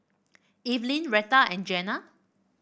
Evelyne Rheta and Jenna